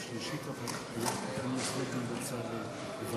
החלטת ועדת העבודה, הרווחה